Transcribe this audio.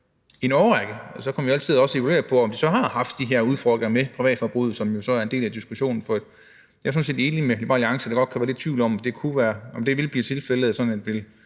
i en årrække. Så kunne man jo altid evaluere på, om det har haft de her udfordringer i forhold til privatforbruget, som er en del af diskussionen. For jeg er sådan set enig med Liberal Alliance i, at der godt kunne være lidt tvivl om, om det ville blive tilfældet, altså om folk